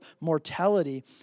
mortality—